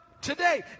today